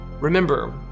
remember